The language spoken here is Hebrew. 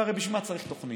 והרי בשביל מה צריך תוכנית?